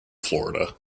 florida